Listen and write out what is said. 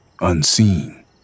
Unseen